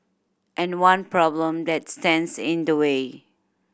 and one problem that stands in the way